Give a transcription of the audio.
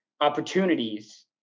opportunities